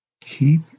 Keep